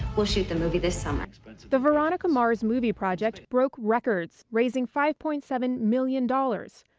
we'll shoot the movie this summer. but so the veronica mars movie project broke records, raising five point seven million dollars.